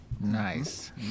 Nice